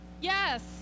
Yes